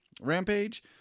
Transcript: Rampage